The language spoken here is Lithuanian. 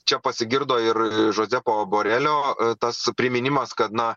čia pasigirdo ir žozepo borelio tas priminimas kad na